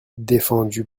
défendu